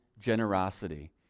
generosity